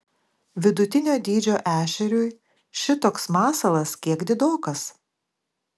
vidutinio dydžio ešeriui šitoks masalas kiek didokas